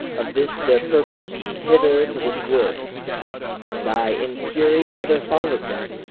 of this their purpose hither to this wood and i in fury hither followed them,